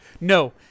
no